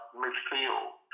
midfield